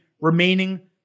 remaining